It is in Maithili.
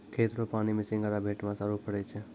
खेत रो पानी मे सिंघारा, भेटमास आरु फरै छै